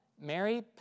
Mary